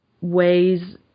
ways